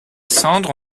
cendres